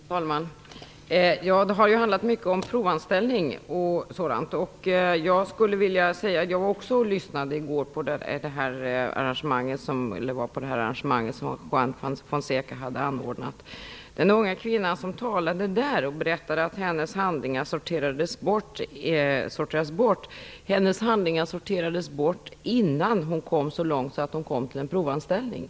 Fru talman! Detta har handlat mycket om frågan om provanställning osv. Jag deltog också i går i det arrangemang som Juan Fonseca hade anordnat. En ung kvinna berättade att hennes ansökningshandlingar sorterades bort innan hon kom så långt som till en provanställning.